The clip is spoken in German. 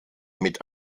mit